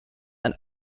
and